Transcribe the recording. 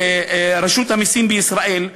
ברשות המסים בישראל,